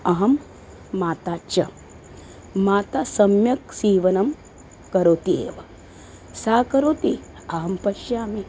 अहं माता च माता सम्यक् सीवनं करोति एव सा करोति अहं पश्यामि